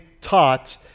taught